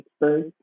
first